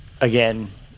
again